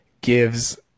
gives